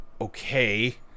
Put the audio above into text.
okay